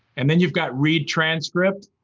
and then you've got read transcript,